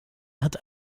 hat